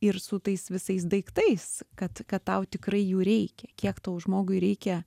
ir su tais visais daiktais kad kad tau tikrai jų reikia kiek tau žmogui reikia